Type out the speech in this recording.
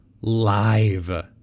live